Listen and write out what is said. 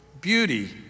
beauty